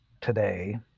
today